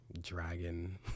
Dragon